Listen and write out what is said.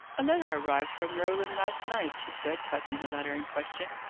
a letter arrived from roland last night, she said, touching the letter in question.